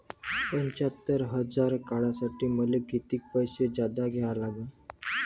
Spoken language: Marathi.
पंच्यात्तर हजार काढासाठी मले कितीक पैसे जादा द्या लागन?